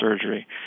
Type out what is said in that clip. surgery